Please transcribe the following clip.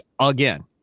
again